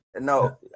No